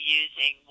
using